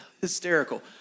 hysterical